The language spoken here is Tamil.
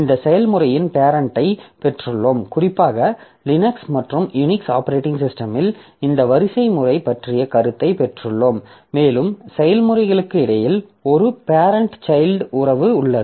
இந்த செயல்முறையின் பேரெண்டை பெற்றுள்ளோம் குறிப்பாக லினக்ஸ் மற்றும் யூனிக்ஸ் ஆப்பரேட்டிங் சிஸ்டமில் இந்த வரிசைமுறை பற்றிய கருத்தை பெற்றுள்ளோம் மேலும் செயல்முறைகளுக்கு இடையில் ஒரு பேரெண்ட் சைல்ட் உறவு உள்ளது